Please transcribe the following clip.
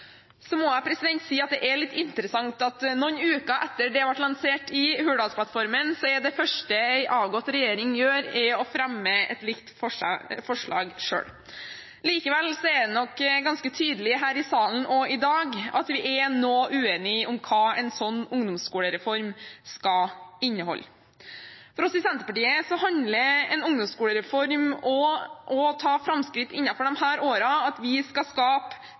Så må jeg si at det er litt interessant at noen uker etter at det ble lansert i Hurdalsplattformen, er det første en avgått regjering gjør, å fremme et likt forslag selv. Likevel er det nok ganske tydelig også her i salen i dag at vi er noe uenige om hva en slik ungdomsskolereform skal inneholde. For oss i Senterpartiet handler en ungdomsskolereform om å ta framskritt innenfor disse årene og at vi skal skape